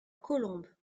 colombes